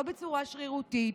לא בצורה שרירותית,